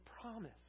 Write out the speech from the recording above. promise